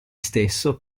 stesso